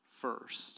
first